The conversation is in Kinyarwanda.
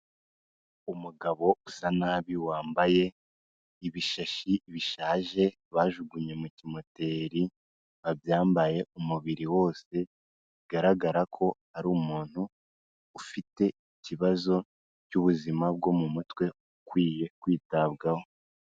Umugabo usa nabi, wambaye ibishashi bishaje, bajugunye mu kimoteri, wabyambaye umubiri wose, bigaragara ko ari umuntu ufite ikibazo cy'ubuzima bwo mu mutwe, ukwiye kwitabwaho.